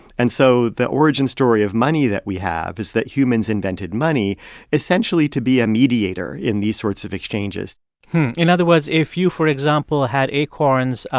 and so the origin story of money that we have is that humans invented money essentially to be a mediator in these sorts of exchanges in other words, if you, for example, ah had acorns,